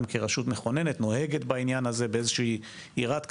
כרשות מכוננת נוהגת בעניין הזה באיזושהי יראת כבוד.